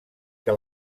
què